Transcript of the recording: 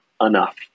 enough